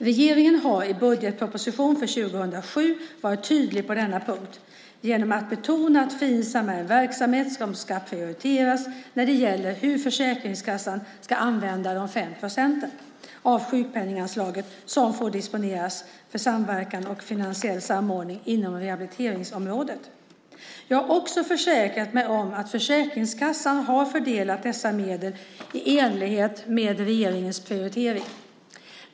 Regeringen har i budgetpropositionen för 2007 varit tydlig på denna punkt genom att betona att Finsam är en verksamhet som ska prioriteras när det gäller hur Försäkringskassan ska använda de 5 procent av sjukpenninganslaget som får disponeras för samverkan och finansiell samordning inom rehabiliteringsområdet. Jag har också försäkrat mig om att Försäkringskassan har fördelat medlen i enlighet med regeringens prioritering.